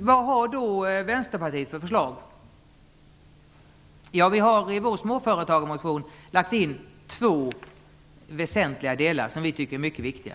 Vad har då Vänsterpartiet för förslag? I vår småföretagarmotion har vi lagt in två väsentliga delar som vi tycker är mycket viktiga.